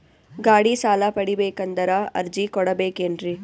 ಗಾಡಿ ಸಾಲ ಪಡಿಬೇಕಂದರ ಅರ್ಜಿ ಕೊಡಬೇಕೆನ್ರಿ?